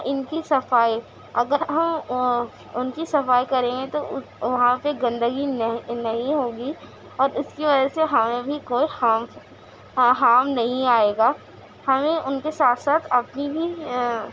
ان کی صفائی اگر ہم ان کی صفائی کریں گے تو وہاں پہ گندگی نہی نہیں ہوگی اور اس کی وجہ سے ہمیں بھی کوئی ہارم ہارم نہیں آئے گا ہمیں ان کے ساتھ ساتھ اپنی بھی